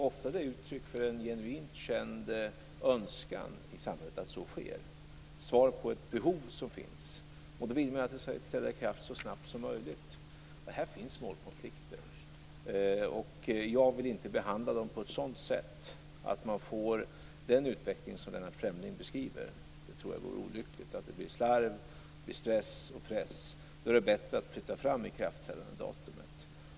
Ofta är det uttryck för en genuint känd önskan i samhället att så sker och svar på ett behov som finns. Då vill man att det skall träda i kraft så snabbt som möjligt. Här finns målkonflikter. Jag vill inte behandla dem på ett sådant sätt att man får den utveckling som Lennart Fremling beskriver. Jag tror att det vore olyckligt om det blev slarv, stress och press. Då är det bättre att flytta fram ikraftträdandedatumet.